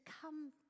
come